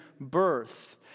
birth